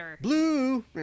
blue